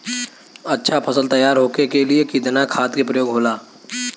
अच्छा फसल तैयार होके के लिए कितना खाद के प्रयोग होला?